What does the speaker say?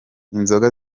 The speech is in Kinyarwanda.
inzoga